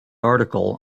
article